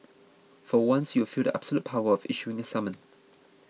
for once you'll feel the absolute power of issuing a summon